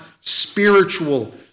spiritual